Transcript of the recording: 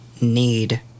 need